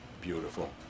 Beautiful